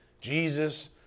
Jesus